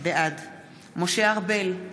בעד משה ארבל,